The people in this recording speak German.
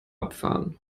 abfahren